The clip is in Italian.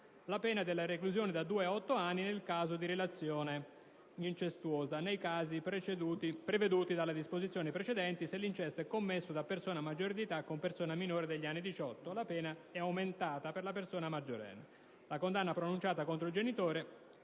La pena è della reclusione da due a otto anni nel caso di relazione incestuosa. Nei casi preveduti dalle disposizioni precedenti, se l'incesto è commesso da persona maggiore di età, con persona minore degli anni diciotto, la pena è aumentata per la persona maggiorenne. La condanna pronunciata contro il genitore